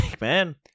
man